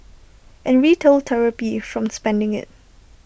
and retail therapy from spending IT